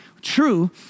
true